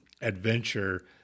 adventure